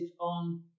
on